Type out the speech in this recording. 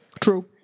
True